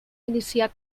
iniciar